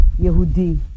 Yehudi